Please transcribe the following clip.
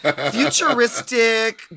futuristic